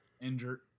injured